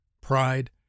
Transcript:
pride